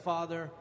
Father